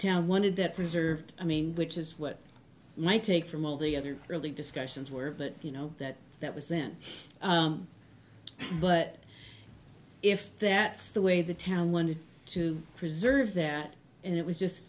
town wanted that preserved i mean which is what my take from all the other early discussions where but you know that that was then but if that's the way the town wanted to preserve there and it was just